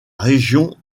région